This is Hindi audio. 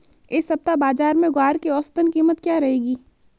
इस सप्ताह बाज़ार में ग्वार की औसतन कीमत क्या रहेगी?